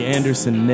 Anderson